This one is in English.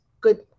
good